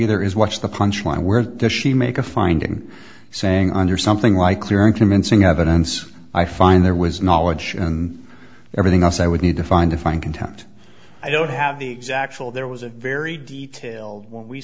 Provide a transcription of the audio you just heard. either is watch the punch line where does she make a finding saying under something like clear and convincing evidence i find there was knowledge and everything else i would need to find to find contempt i don't have the exact will there was a very detailed when we